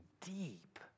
deep